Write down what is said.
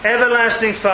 Everlasting